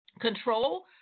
control